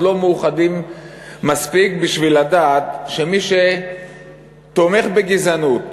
לא מאוחדים מספיק בשביל לדעת שמי שתומך בגזענות,